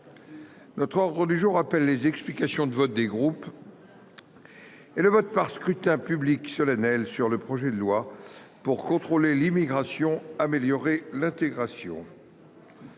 L’ordre du jour appelle les explications de vote des groupes et le vote par scrutin public solennel sur le projet de loi pour contrôler l’immigration, améliorer l’intégration